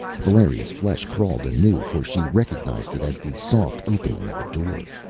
valeria's flesh crawled anew, for she recognized it as the soft opening of a door.